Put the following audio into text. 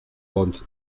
pont